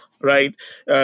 right